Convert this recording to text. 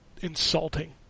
insulting